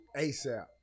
ASAP